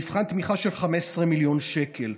מבחן תמיכה של 15 מיליון שקל.